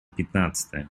пятнадцатая